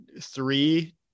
three